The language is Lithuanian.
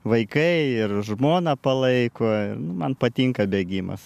vaikai ir žmona palaiko man patinka bėgimas